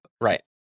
Right